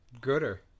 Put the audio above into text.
gooder